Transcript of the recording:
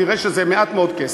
תראה שזה מעט מאוד כסף.